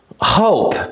hope